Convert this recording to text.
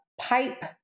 pipe